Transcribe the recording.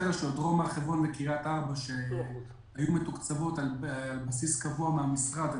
רשויות: דרום הר חברון וקריית ארבע שהיו מתוקצבות מהמשרד על